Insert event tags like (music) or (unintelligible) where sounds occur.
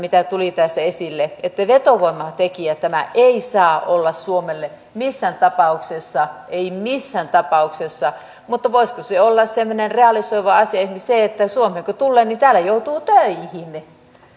(unintelligible) mitä tuli tässä esille että vetovoimatekijä tämä ei saa olla suomelle missään tapauksessa ei missään tapauksessa mutta voisiko se olla semmoinen realisoiva asia esimerkiksi se että suomeen kun tulee niin täällä joutuu töihin